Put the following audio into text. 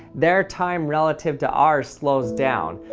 their time relative to our slows down.